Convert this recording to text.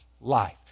life